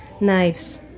knives